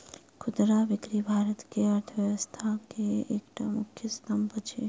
खुदरा बिक्री भारत के अर्थव्यवस्था के एकटा मुख्य स्तंभ अछि